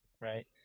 right